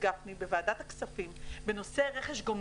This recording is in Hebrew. גפני בוועדת הכספים בנושא רכש הגומלין.